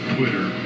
Twitter